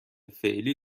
فعلی